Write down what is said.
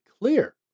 clear